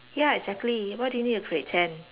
ya exactly why do you need to pretend